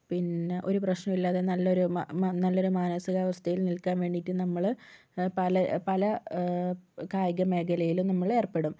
പിന്നെ ഒരു പ്രശ്നവുമില്ലാതെ നല്ലൊരു മാനസികാവസ്ഥയിൽ നിൽക്കാൻ വേണ്ടിയിട്ട് നമ്മള് പല പല കായിക മേഖലയിലും നമ്മൾ ഏർപ്പെടും